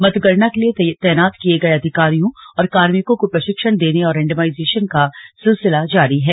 मतगणना के लिए तैनात किये गए अधिकारियों और कार्मिकों को प्रशिक्षण देने और रैंडमाइजेशन का सिलसिला जारी है